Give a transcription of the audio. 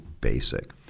basic